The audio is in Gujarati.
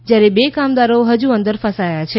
જ્યારે બે કામદારો હજૂ અંદર ફસાયા છે